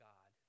God